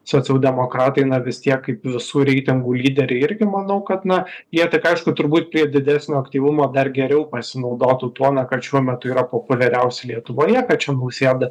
socialdemokratai na vis tiek kaip visų reitingų lyderiai irgi manau kad na jie tik aišku turbūt prie didesnio aktyvumo dar geriau pasinaudotų tuo na kad šiuo metu yra populiariausi lietuvoje kad čia nausėda